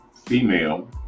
female